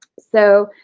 so,